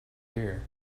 year